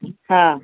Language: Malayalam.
ആ